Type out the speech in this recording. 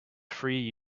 free